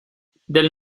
del